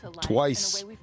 Twice